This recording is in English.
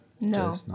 No